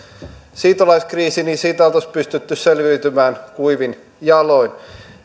siirtolaiskriisistä oltaisi pystytty selviytymään kuivin jaloin